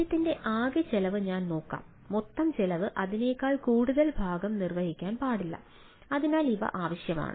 കാര്യത്തിന്റെ ആകെ ചെലവ് ഞാൻ നോക്കാം മൊത്തം ചെലവ് അതിനേക്കാൾ കൂടുതൽ ഭാഗം നിർവ്വഹിക്കാൻ പാടില്ല അതിനാൽ ഇവ ആവശ്യമാണ്